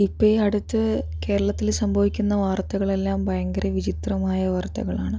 ഇപ്പോൾ ഈ അടുത്ത് കേരളത്തിൽ സംഭവിക്കുന്ന വാർത്തകൾ എല്ലാം ഭയങ്കര വിചിത്രമായ വാർത്തകളാണ്